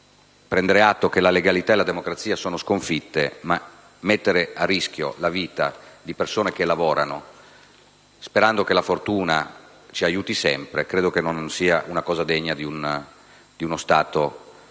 prendere atto che la legalità e la democrazia sono sconfitte. Ritengo che mettere a rischio la vita di persone che lavorano, sperando che la fortuna ci aiuti sempre, non sia degno di uno Stato democratico.